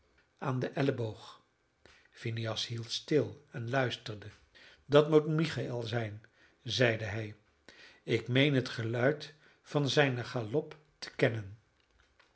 aan den elleboog phineas hield stil en luisterde dat moet michael zijn zeide hij ik meen het geluid van zijnen galop te kennen